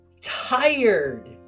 tired